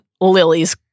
Lily's